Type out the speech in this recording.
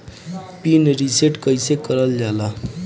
Pin reset कईसे करल जाला?